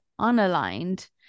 unaligned